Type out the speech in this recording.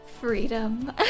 freedom